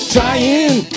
Trying